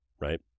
right